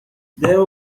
there